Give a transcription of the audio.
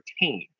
retained